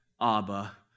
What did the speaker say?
Abba